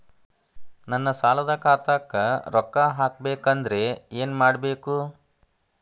ನನ್ನ ಸಾಲದ ಖಾತಾಕ್ ರೊಕ್ಕ ಹಾಕ್ಬೇಕಂದ್ರೆ ಏನ್ ಮಾಡಬೇಕು?